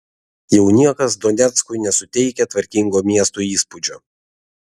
jau niekas doneckui nesuteikia tvarkingo miesto įspūdžio